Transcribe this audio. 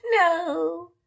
No